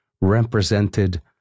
represented